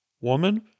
Woman